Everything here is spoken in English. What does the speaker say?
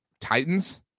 Titans